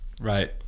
right